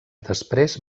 després